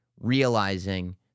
realizing